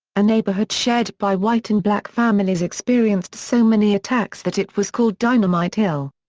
a neighborhood shared by white and black families experienced so many attacks that it was called dynamite hill.